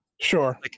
Sure